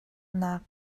naak